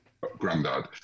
granddad